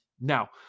Now